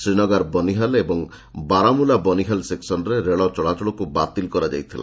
ଶ୍ରୀନଗର ବନୀହାଲ୍ ଏବଂ ବାରାମୂଲା ବନୀହାଲ ସେକ୍ନନରେ ରେଳ ଚଳାଚଳକୁ ବାତିଲ କରାଯାଇଥିଲା